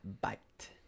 bite